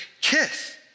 kiss